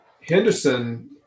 Henderson